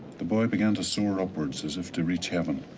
the boy began to soar upwards as if to reach heaven.